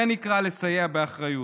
זה נקרא לסייע באחריות.